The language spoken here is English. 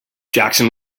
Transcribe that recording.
jackson